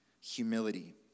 humility